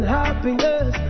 happiness